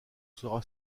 sera